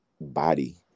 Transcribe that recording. body